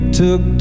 took